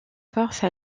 force